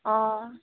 অঁ